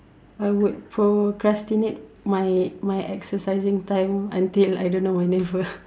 I would procrastinate my my exercising time until I don't know whenever